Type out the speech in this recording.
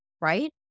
right